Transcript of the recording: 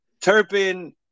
Turpin